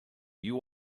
you